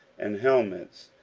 and helmets,